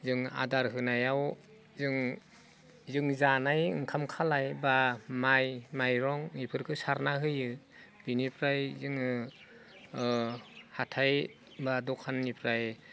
जों आदार होनायाव जों जों जानाय ओंखाम खालाय बा माइ माइरं इफोरखो सारना होयो बिनिफ्राय जोङो हाथाइ बा दखाननिफ्राय